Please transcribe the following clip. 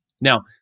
Now